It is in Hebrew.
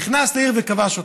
נכנס לעיר וכובש אותה.